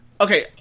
okay